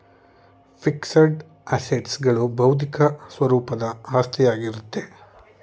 fixed assets ಗಳು ಬೌದ್ಧಿಕ ಸ್ವರೂಪದ ಆಸ್ತಿಯಾಗಿರುತ್ತೆ